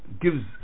gives